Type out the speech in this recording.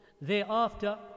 thereafter